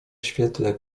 świetle